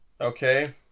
Okay